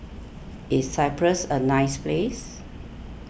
is Cyprus a nice place